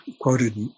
quoted